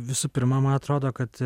visų pirma man atrodo kad